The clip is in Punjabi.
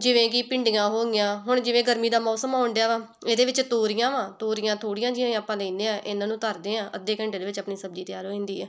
ਜਿਵੇਂ ਕਿ ਭਿੰਡੀਆਂ ਹੋ ਗਈਆਂ ਹੁਣ ਜਿਵੇਂ ਗਰਮੀ ਦਾ ਮੌਸਮ ਆਉਣ ਡਿਆ ਵਾ ਇਹਦੇ ਵਿੱਚ ਤੋਰੀਆਂ ਵਾ ਤੋਰੀਆਂ ਥੋੜ੍ਹੀਆਂ ਜਿਹੀਆਂ ਹੀ ਆਪਾਂ ਲੈਂਦੇ ਹਾਂ ਇਹਨਾਂ ਨੂੰ ਧਰਦੇ ਹਾਂ ਅੱਧੇ ਘੰਟੇ ਦੇ ਵਿੱਚ ਆਪਣੀ ਸਬਜ਼ੀ ਤਿਆਰ ਹੋ ਜਾਂਦੀ ਹੈ